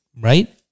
Right